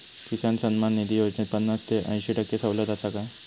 किसान सन्मान निधी योजनेत पन्नास ते अंयशी टक्के सवलत आसा काय?